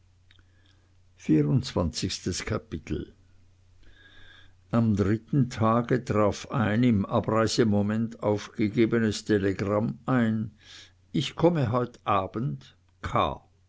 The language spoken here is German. vierundzwanzigstes kapitel am dritten tage traf ein im abreisemoment aufgegebenes telegramm ein ich komme heut abend